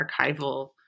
archival